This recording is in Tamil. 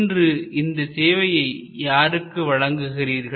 இன்று இந்த சேவையை யாருக்கு வழங்குகிறீர்கள்